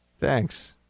Thanks